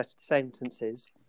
sentences